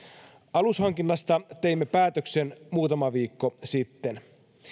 alushankinnasta teimme päätöksen muutama viikko sitten